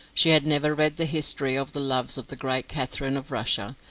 she had never read the history of the loves of the great catherine of russia,